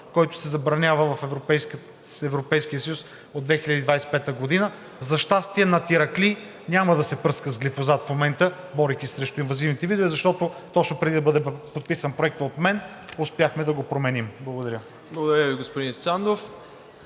който се забранява в Европейския съюз от 2025 г. За щастие над Иракли няма да се пръска с глифозат в момента, борейки се срещу инвазивните видове, защото точно преди да бъде подписан Проектът от мен, успяхме да го променим. Благодаря. ПРЕДСЕДАТЕЛ МИРОСЛАВ